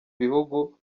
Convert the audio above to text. bihugu